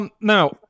Now